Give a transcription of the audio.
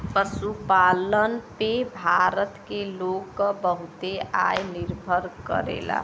पशुपालन पे भारत के लोग क बहुते आय निर्भर करला